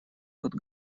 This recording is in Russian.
под